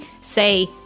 say